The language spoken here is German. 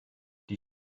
die